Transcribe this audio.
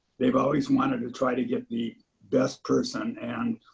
they've always wanted to try to get the best person and